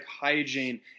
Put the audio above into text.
hygiene